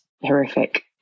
horrific